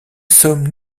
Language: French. sommes